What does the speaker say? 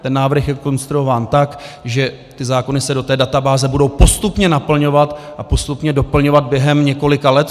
Ten návrh je konstruován tak, že zákony se do té databáze budou postupně naplňovat a postupně doplňovat během několika let.